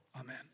Amen